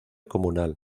comunal